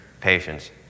Patience